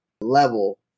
level